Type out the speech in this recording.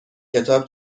کتاب